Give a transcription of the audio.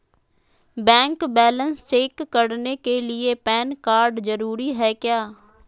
Bank balance check करने के लिए पैन कार्ड जरूरी है क्या?